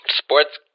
sports